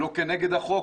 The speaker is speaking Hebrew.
ולא נגד החוק.